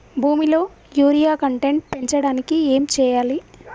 భూమిలో urea content పెంచడానికి ఏం చేయాలి?